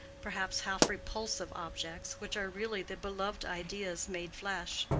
perhaps half-repulsive, objects which are really the beloved ideas made flesh.